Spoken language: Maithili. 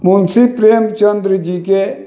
मुंशी प्रेमचन्द्र जी के